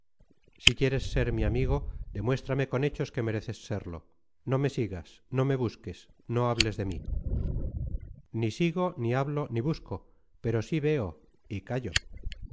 si quieres ser mi amigo demuéstrame con hechos que mereces serlo no me sigas no me busques no hables de mí ni sigo ni hablo ni busco pero sí veo y callo